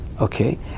okay